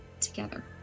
together